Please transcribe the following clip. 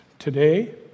Today